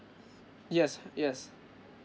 yes yes